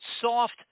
soft